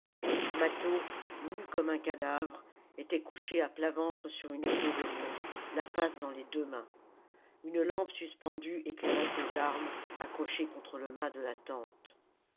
mâtho nu comme un cadavre était couché à plat ventre sur une peau de lion la face dans les deux mains une lampe suspendue éclairait ses armes accrochées contre le mât de la tente